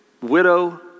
widow